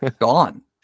gone